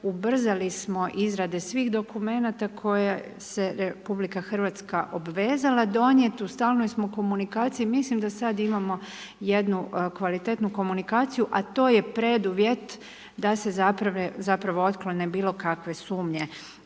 Ubrzali smo izrade svih dokumenata koje se RH obvezala donijeti, u stalnoj smo komunikaciji. Mislim da sada imamo jednu kvalitetnu komunikaciju a to je preduvjet da se zapravo otklone bilo kakve sumnje